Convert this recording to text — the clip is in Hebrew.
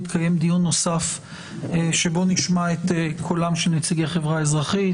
יתקיים דיון נוסף שבו נשמע את קולם של נציגי החברה האזרחית,